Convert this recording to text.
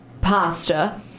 pasta